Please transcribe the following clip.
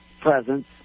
presence